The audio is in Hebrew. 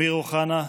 זאב אלקין,